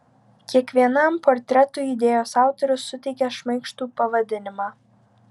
kiekvienam portretui idėjos autorius suteikė šmaikštų pavadinimą